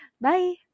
bye